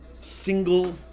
Single